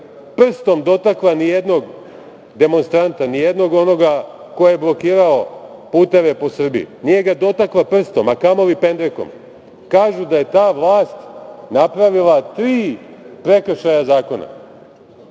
prstom dotakla nijednog demonstranta, nijednog onoga ko je blokirao puteve po Srbiji, nije ga dotakla prstom, a kamoli pendrekom. Kažu da je ta vlast napravila tri prekršaja zakona. Sada